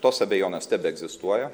tos abejonės tebeegzistuoja